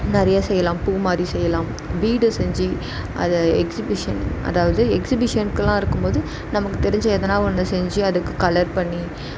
நிறையா செய்யலாம் பூ மாதிரி செய்யலாம் வீடு செஞ்சு அதை எக்ஸிபிஷன் அதாவது எக்ஸிபிஷன்கெலாம் இருக்கும் போது நமக்கு தெரிஞ்ச எதுனா ஒன்று செஞ்சு அதுக்கு கலர் பண்ணி